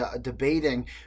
debating